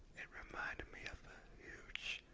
it reminded me of a huge,